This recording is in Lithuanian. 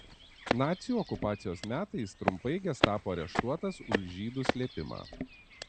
nacių okupacijos metais trumpai gestapo areštuotas už žydų slėpimą